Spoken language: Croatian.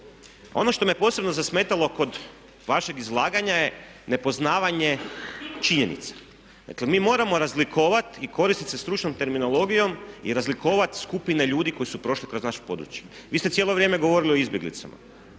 Ono što me posebno zasmetalo kod vašeg izlaganja je nepoznavanje činjenica. Dakle mi moramo razlikovati i koristiti se stručnom terminologijom i razlikovati skupine ljudi koji su prošli kroz naše područje. Vi ste cijelo vrijeme govorili o izbjeglicama.